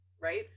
right